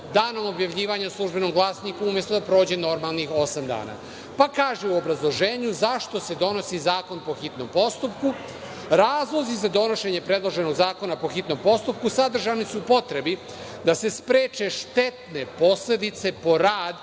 danom objavljivanja u „Službenom glasniku“, umesto da prođe normalnih osam dana. Pa kaže u obrazloženju zašto se donosi zakon po hitnom postupku: „Razlozi za donošenje predloženog zakona po hitnom postupku sadržani su u potrebi da se spreče štetne posledice po rad